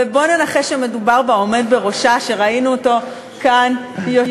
ובוא ננחש שמדובר בעומד בראשה שראינו אותו יושב כאן.